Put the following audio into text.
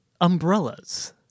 Umbrellas